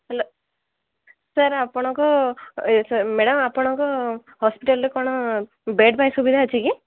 hello sir ଆପଣଙ୍କ ଏ sorry madam ଆପଣଙ୍କ ହଷ୍ଟେଲରେ କ'ଣ ବେଡ଼୍ ପାଇଁ ସୁବିଧା ଅଛି କି